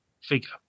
figure